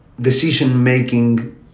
decision-making